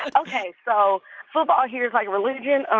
but ok. so football here is like religion. um